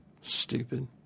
Stupid